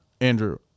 andrew